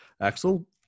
Axel